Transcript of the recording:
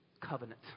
covenant